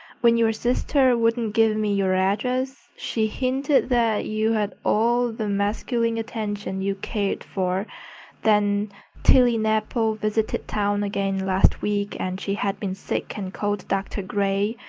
when your sister wouldn't give me your address, she hinted that you had all the masculine attention you cared for then tilly nepple visited town again last week and she had been sick and called dr. gray.